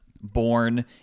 born